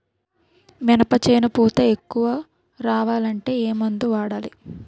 మినప చేను పూత ఎక్కువ రావాలి అంటే ఏమందు వాడాలి?